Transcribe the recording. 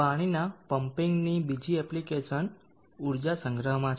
પાણીના પંપીંગની બીજી એપ્લિકેશન ઊર્જા સંગ્રહમાં છે